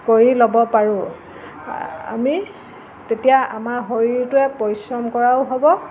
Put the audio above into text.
কৰি ল'ব পাৰোঁ আমি তেতিয়া আমাৰ শৰীৰটোৱে পৰিশ্ৰম কৰাও হ'ব